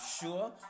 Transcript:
sure